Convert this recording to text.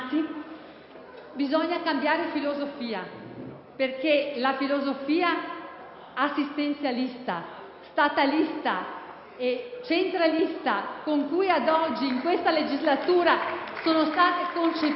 Bisogna cambiare filosofia, perché la filosofia assistenzialista, statalista e centralista, con cui ad oggi in questa legislatura sono stati concepiti